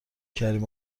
کریم